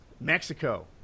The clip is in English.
Mexico